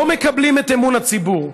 לא מקבלים את אמון הציבור.